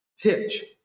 pitch